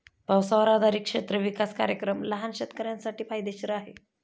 पावसावर आधारित क्षेत्र विकास कार्यक्रम लहान शेतकऱ्यांसाठी फायदेशीर आहे